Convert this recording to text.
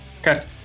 Okay